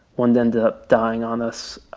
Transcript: one ended up dying on us.